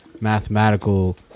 mathematical